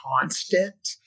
constant